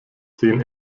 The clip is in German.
zehn